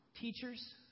teachers